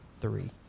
three